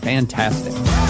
Fantastic